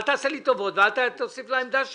אל תעשה לי טובות ואל תוסיף לעמדה שלו.